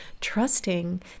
trusting